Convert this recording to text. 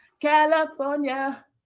California